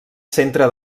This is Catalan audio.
centre